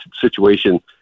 situation